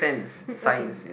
um okay